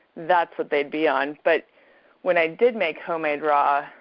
that's what they'd be on. but when i did make homemade raw,